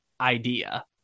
idea